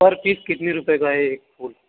पर पीस कितने रुपये का है एक बोल